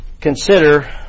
consider